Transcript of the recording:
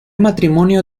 matrimonio